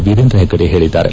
ವಿರೇಂದ್ರ ಹೆಗ್ಗಡೆ ಹೇಳಿದ್ದಾರೆ